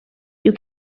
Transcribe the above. you